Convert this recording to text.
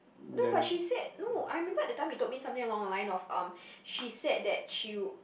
no but she said no I remembered that time you told me something along the line of um she said that she would